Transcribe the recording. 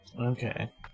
Okay